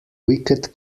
wicket